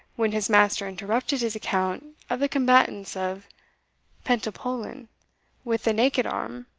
when his master interrupted his account of the combatants of pentapolin with the naked arm,